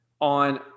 On